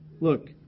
Look